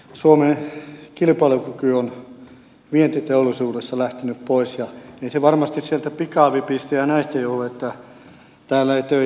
suomen kilpailukyky on vientiteollisuudessa lähtenyt pois ja ei se varmasti sieltä pikavipeistä ja näistä johdu että täällä ei töitä ole